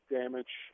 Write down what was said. damage